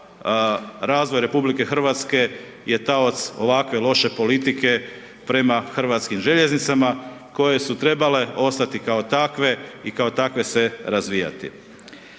razvoj RH je taoc ovakve loše politike prema hrvatskim željeznicama koje su trebale ostati kao takve i kao takve se razvijati.